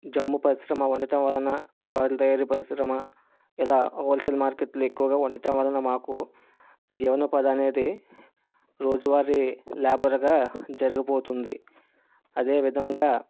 జమ్ము పరిశ్రమ ఉండటం వలన గొండ్రేని పరిశ్రమ ఇలా హోల్సేల్ మార్కెట్లు ఎక్కువగా ఉండటం వలన మాకు జీవన ఉపాధి అనేది రోజువారి లేబర్గా జరగబోతుంది అదే విధంగా